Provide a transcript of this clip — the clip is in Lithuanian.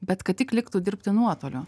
bet kad tik liktų dirbti nuotoliu